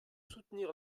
soutenir